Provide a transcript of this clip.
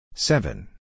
Seven